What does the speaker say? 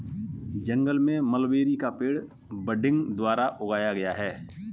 जंगल में मलबेरी का पेड़ बडिंग द्वारा उगाया गया है